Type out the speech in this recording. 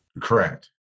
Correct